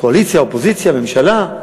קואליציה, אופוזיציה, ממשלה.